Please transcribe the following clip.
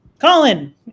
Colin